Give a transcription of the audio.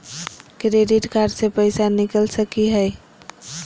Credit card से पैसा निकल सकी हय?